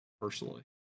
personally